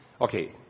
Okay